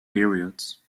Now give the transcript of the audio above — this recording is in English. periods